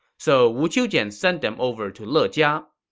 so wu qiujian sent them over to lejia.